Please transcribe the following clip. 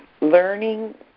learning